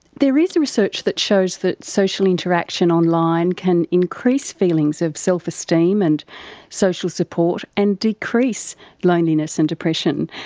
there is research that shows that social interaction online can increase feelings of self-esteem and social support and decrease loneliness and depression.